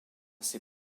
ses